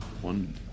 one